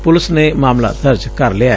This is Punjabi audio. ਪੁਲਿਸ ਨੇ ਮਾਮਲਾ ਦਰਜ ਕਰ ਲਿਐ